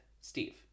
Steve